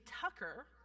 Tucker